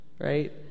right